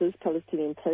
Palestinian